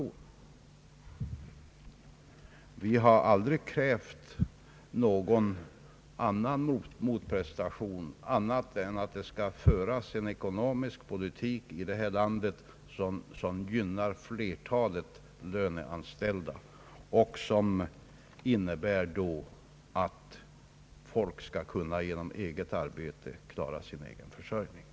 Jag skall sluta med att svara på en fråga som herr Holmberg ställde litet polemiskt i sitt första inlägg.